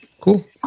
cool